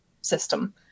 system